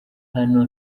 hano